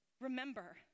remember